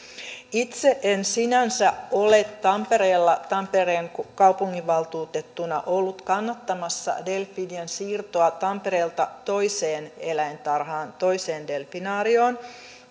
itse en sinänsä ole tampereella tampereen kaupunginvaltuutettuna ollut kannattamassa delfiinien siirtoa tampereelta toiseen eläintarhaan toiseen delfinaarioon